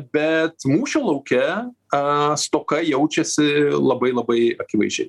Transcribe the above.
bet mūšio lauke a stoka jaučiasi labai labai akivaizdžiai